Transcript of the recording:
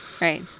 Right